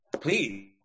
Please